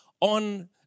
on